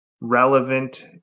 relevant